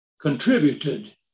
contributed